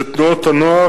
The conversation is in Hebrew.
וזה תנועות הנוער,